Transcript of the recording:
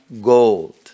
gold